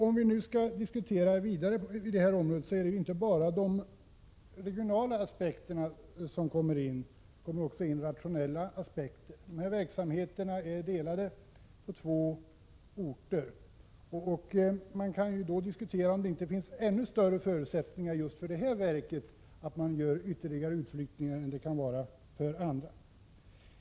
Om vi nu skall diskutera vidare om detta är det inte bara de regionala aspekterna som kommer in i bilden, utan det kommer även in rationella aspekter. Dessa verksamheter är uppdelade på två orter. Man kan då diskutera om det inte finns ännu större förutsättningar för just detta verk att göra ytterligare utflyttningar.